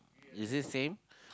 is it same